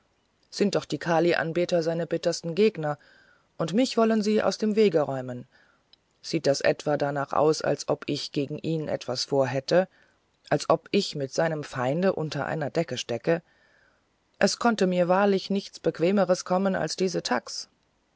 sind doch die kali anbeter seine bittersten gegner und mich wollen sie aus dem weg räumen sieht das etwa danach aus als ob ich gegen ihn etwas vor hätte als ob ich mit seinem feinde unter einer decke steckte es konnte mir wahrlich nichts bequemeres kommen als diese thags